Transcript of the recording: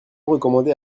recommandé